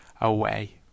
away